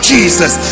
Jesus